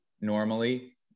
normally